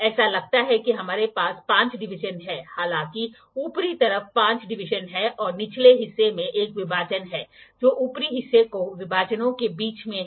ऐसा लगता है कि हमारे पास 5 डिवीजन हैं हालांकि ऊपरी तरफ 5 डिवीजन हैं और निचले हिस्से में एक विभाजन है जो ऊपरी हिस्से के विभाजनों के बीच में है